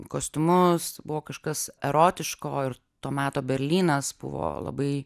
kostiumus buvo kažkas erotiško ir to meto berlynas buvo labai